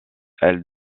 elle